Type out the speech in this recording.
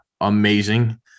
amazing